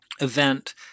event